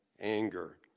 anger